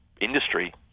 industry